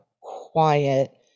quiet